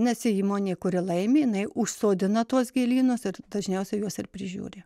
nes ir įmonė kuri laimi jinai užsodina tuos gėlynus ir dažniausiai juos ir prižiūri